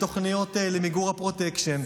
בתוכניות למיגור הפרוטקשן,